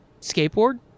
Skateboard